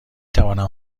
توانم